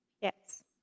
Yes